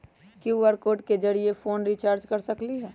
QR code के जरिय phone recharge कर सकली ह?